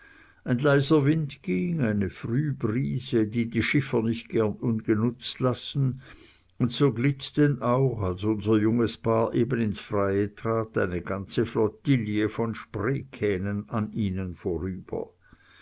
ein leiser wind ging eine frühbrise die die schiffer nicht gern ungenutzt lassen und so glitt denn auch als unser junges paar eben ins freie trat eine ganze flottille von spreekähnen an ihnen vorüber